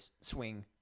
swing